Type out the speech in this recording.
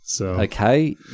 Okay